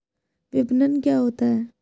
विपणन क्या होता है?